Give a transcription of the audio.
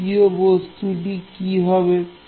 দ্বিতীয় বস্তুটি কি হবে